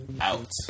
out